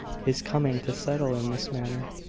his coming to settle in this manner,